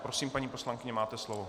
Prosím, paní poslankyně, máte slovo.